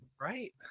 Right